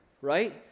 right